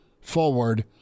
forward